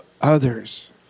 others